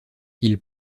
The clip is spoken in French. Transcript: ils